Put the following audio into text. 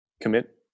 commit